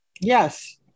Yes